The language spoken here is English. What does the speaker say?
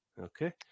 Okay